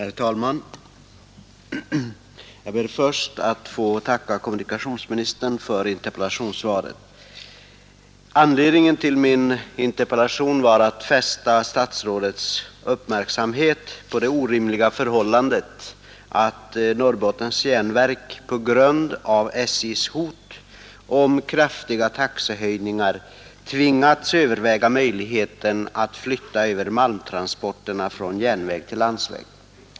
Herr talman! Jag ber först att få tacka kommunikationsministern för svaret på min interpellation. Avsikten med interpellationen var att fästa statsrådets uppmärksamhet på det orimliga förhållandet att Norrbottens Järnverk på grund av SJ:s hot om kraftiga taxehöjningar tvingas överväga möjligheten att flytta över malmtransporterna från järnväg till landsväg.